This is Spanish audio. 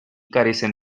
carecen